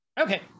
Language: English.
Okay